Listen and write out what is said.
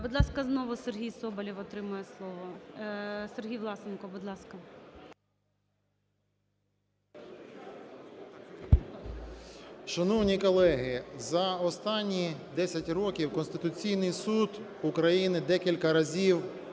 Будь ласка, знову Сергій Соболєв отримує слово. Сергій Власенко, будь ласка. 17:40:14 ВЛАСЕНКО С.В. Шановні колеги, за останні 10 років Конституційний Суд України декілька разів